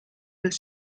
los